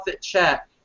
chat